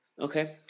Okay